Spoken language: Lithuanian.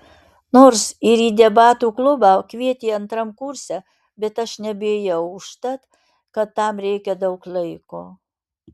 nors ir į debatų klubą kvietė antram kurse bet aš nebeėjau užtat kad tam reikia daug laiko